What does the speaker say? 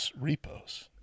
repos